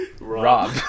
Rob